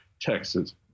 Texas